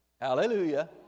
Hallelujah